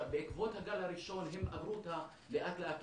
בעקבות הגל הראשון הם עברו לאט לאט,